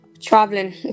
Traveling